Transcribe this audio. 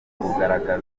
bugaragaza